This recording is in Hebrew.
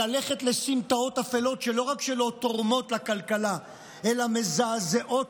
ללכת לסמטאות אפלות שלא רק לא תורמות לכלכלה אלא מזעזעות